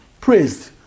praised